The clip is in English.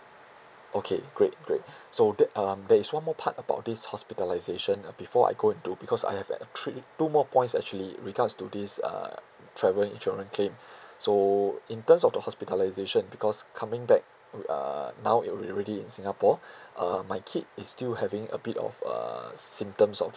okay great great so the~ um there is one more part about this hospitalisation uh before I go into because I have like three two more points actually regards to this uh travel insurance claim so in terms of the hospitalisation because coming back uh now we already in singapore uh my kid is still having a bit of uh symptoms of